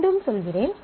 மீண்டும் சொல்கிறேன்